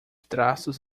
traços